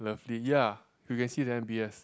lovely ya you can see the M_b_S